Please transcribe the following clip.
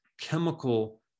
chemical